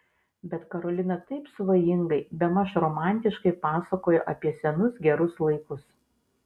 bet karolina taip svajingai bemaž romantiškai pasakojo apie senus gerus laikus